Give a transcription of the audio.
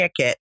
ticket